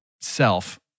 self